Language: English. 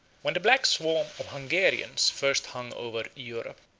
when the black swarm of hungarians first hung over europe,